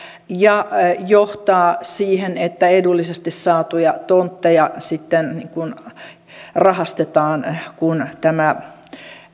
ja johtaa siihen että edullisesti saatuja tontteja sitten rahastetaan kun tämä